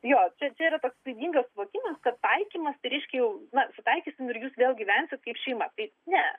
jo čia čia yra toks klaidingas suvokimas kad taikymas tai reiškia jau suitaikysime ir jūs vėl gyvensit kaip šeima tai ne